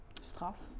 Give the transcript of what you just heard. straf